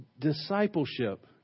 discipleship